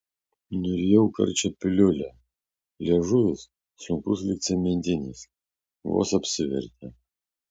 nurijau karčią piliulę liežuvis sunkus lyg cementinis vos apsivertė